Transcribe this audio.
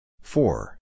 four